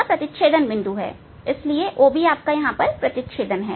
यह प्रतिच्छेदन बिंदु है इसलिए OB प्रतिच्छेदन है